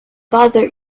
bother